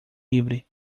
livre